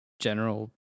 general